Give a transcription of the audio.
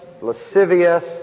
lascivious